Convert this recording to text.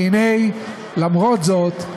והנה, למרות זאת,